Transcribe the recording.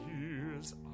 years